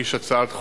הגיש הצעת חוק.